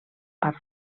part